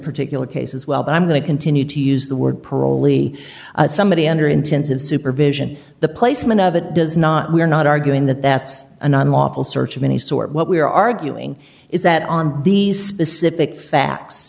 particular case as well but i'm going to continue to use the word parolee somebody under intensive supervision the placement of it does not we're not arguing that that's an unlawful search of any sort what we are arguing is that on these specific fact